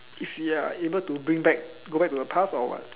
if you are able to bring back go back to the past or what